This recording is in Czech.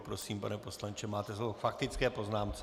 Prosím, pane poslanče, máte slovo k faktické poznámce.